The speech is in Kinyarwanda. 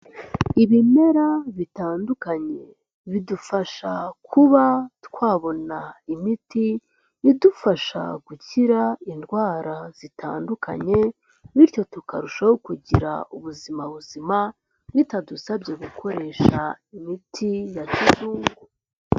Ibimera bitandukanye bidufasha kuba twabona imiti idufasha gukira indwara zitandukanye, bityo tukarushaho kugira ubuzima buzima, bitadusabye gukoresha imiti ya kizungu.